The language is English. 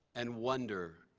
and wonder.